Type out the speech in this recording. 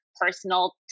personal